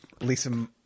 Lisa